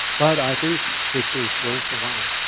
but i think christians will survive.